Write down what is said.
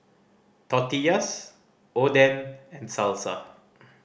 Tortillas Oden and Salsa